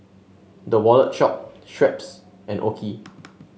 The Wallet Shop Schweppes and OKI